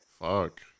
Fuck